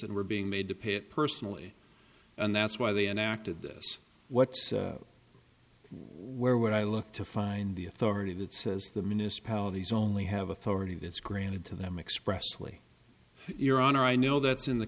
and were being made to pay it personally and that's why they enacted this what where would i look to find the authority that says the municipalities only have authority that's granted to them expressly your honor i know that's in the